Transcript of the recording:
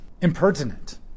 impertinent